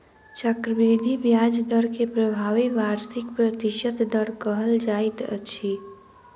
चक्रवृद्धि ब्याज दर के प्रभावी वार्षिक प्रतिशत दर कहल जाइत अछि